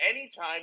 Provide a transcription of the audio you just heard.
anytime